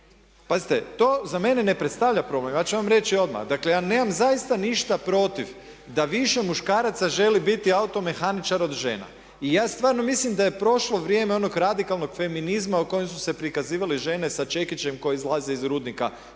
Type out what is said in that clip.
to za mene ne predstavlja problem, ja ću vam reći odmah. Dakle ja nemam zaista ništa protiv da više muškaraca želi biti automehaničar od žena. I ja stvarno mislim da je prošlo vrijeme onog radikalnog feminizma u kojem su se prikazivale žene sa čekićem koji izlazi iz rudnika